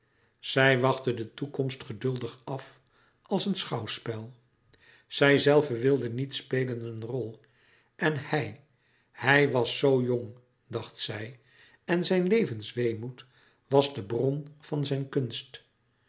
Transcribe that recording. zij wachtte de toekomst geduldig af als een schouwspel zijzelve wilde niet spelen een rol en hij hij was zoo jong dacht zij en zijn levensweemoed was de bron van zijn kunst